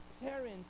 parents